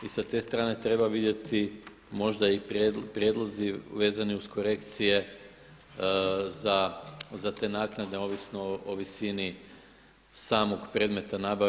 I sa te strane treba vidjeti možda i prijedlozi vezani uz korekcije za te naknade ovisno o visini samog predmeta nabave.